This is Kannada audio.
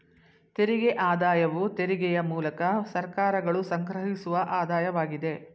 ತೆರಿಗೆ ಆದಾಯವು ತೆರಿಗೆಯ ಮೂಲಕ ಸರ್ಕಾರಗಳು ಸಂಗ್ರಹಿಸುವ ಆದಾಯವಾಗಿದೆ